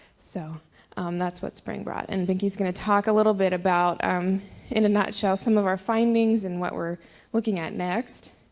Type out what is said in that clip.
so um that's what spring brought. and binky's gonna talk a little bit about um in a nut shell some of our findings and what we're looking at next.